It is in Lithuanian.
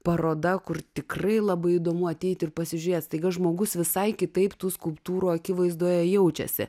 paroda kur tikrai labai įdomu ateiti ir pasižiūrėt staiga žmogus visai kitaip tų skulptūrų akivaizdoje jaučiasi